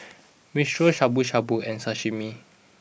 Minestrone Shabu Shabu and Sashimi